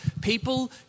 People